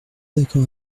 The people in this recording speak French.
d’accord